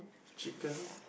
chicken